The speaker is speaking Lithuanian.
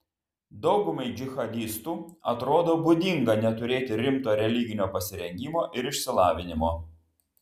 daugumai džihadistų atrodo būdinga neturėti rimto religinio pasirengimo ir išsilavinimo